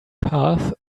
path